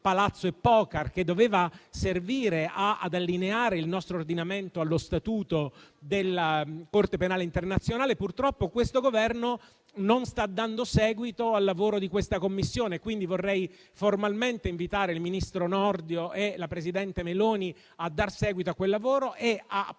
Palazzo e Pocar, che doveva servire ad allineare il nostro ordinamento allo Statuto della Corte penale internazionale. Purtroppo, questo Governo non sta dando seguito al lavoro di quella Commissione. Quindi, vorrei formalmente invitare il ministro Nordio e la presidente Meloni a dar seguito a quel lavoro e